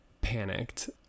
panicked